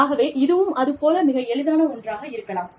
ஆகவே இதுவும் அது போல மிக எளிதான ஒன்றாக இருக்கலாம்